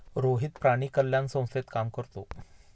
रोहित प्राणी कल्याण संस्थेत काम करतो